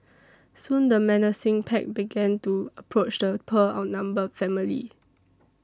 soon the menacing pack began to approach the poor outnumbered family